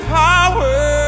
power